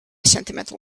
sentimental